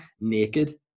naked